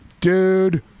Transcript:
DUDE